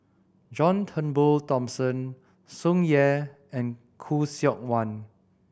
John Turnbull Thomson Tsung Yeh and Khoo Seok Wan